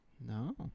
No